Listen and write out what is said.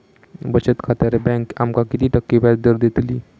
बचत खात्यार बँक आमका किती टक्के व्याजदर देतली?